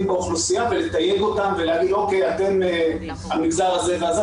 באוכלוסייה ולתייג אותם ולהגיד: אתם המגזר הזה והזה,